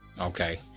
Okay